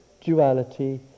duality